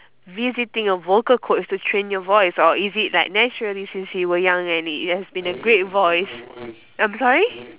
visiting a vocal coach to train your voice or is it like naturally since you were young and it has been a great voice I'm sorry